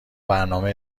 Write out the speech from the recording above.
برنامه